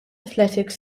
athletics